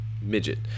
Midget